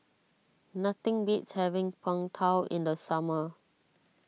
nothing beats having Png Tao in the summer